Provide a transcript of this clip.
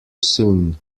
soon